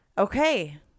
Okay